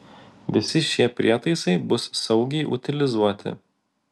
visi šie prietaisai bus saugiai utilizuoti